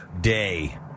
day